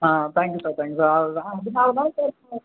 ஆ thank you sir thank you sir அதை நான் அதனால் தான் சார் சொன்னேன்